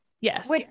Yes